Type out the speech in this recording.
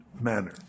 manner